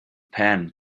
pan